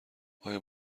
آیا